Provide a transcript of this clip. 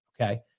Okay